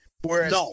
Whereas